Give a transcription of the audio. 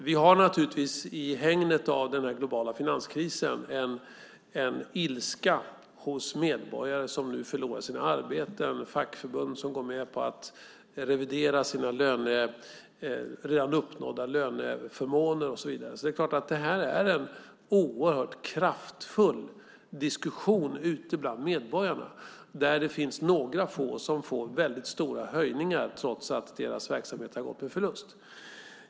Vi har naturligtvis i hägnet av den globala finanskrisen en ilska hos medborgare som nu förlorar sina arbeten, fackförbund som går med på att revidera sina redan uppnådda löneförmåner och så vidare, så det är klart att det är en oerhört kraftfull diskussion ute bland medborgarna - det finns några få som får väldigt stora höjningar trots att deras verksamheter har gått med förlust.